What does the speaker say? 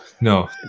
no